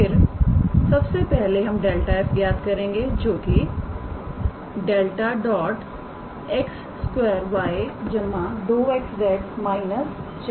फिर सबसे पहले हम ∇⃗ 𝑓 ज्ञात करेंगे जो के ∇⃗ 𝑥 2𝑦 2𝑥𝑧 − 4 यह होगा